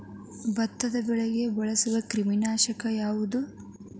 ಭತ್ತದ ಬೆಳೆಗೆ ಬಳಸುವ ಕ್ರಿಮಿ ನಾಶಕ ಯಾವುದು?